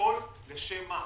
והכול בשם מה?